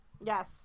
Yes